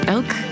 Elk